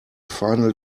final